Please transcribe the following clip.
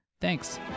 Thanks